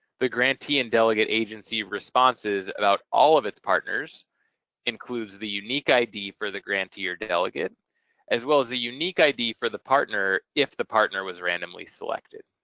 the grantee and delegate agency responses about all of its partners includes the unique id for the grantee or delegate as well as a unique id for the partner if the partner was randomly selected.